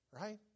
right